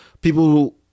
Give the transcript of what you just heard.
people